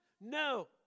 No